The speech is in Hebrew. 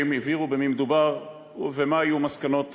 הבהירו במי מדובר ומה יהיו מסקנות הוועדה.